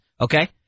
okay